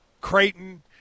Creighton